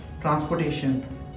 transportation